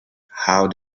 how